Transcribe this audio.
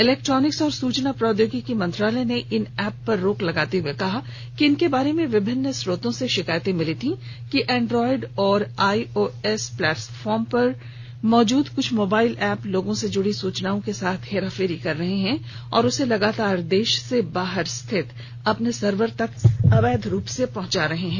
electronics और सूचना प्रौद्योगिकी मंत्रालय ने इन ऐप पर रोक लगाते हुए कहा कि इनके बारे में विभिन्न स्रोतों से शिकायतें मिली थीं कि एंड्रॉयड और आईओएस प्लेटफॉर्म्स पर मौजूद कुछ मोबाइल ऐप लोगों से जुड़ी सूचनाओं के साथ हेराफेरी कर रहे हैं और उसे लगातार देश से बाहर स्थित अपने सर्वर तक अवैध रूप से पहुंचा रहे हैं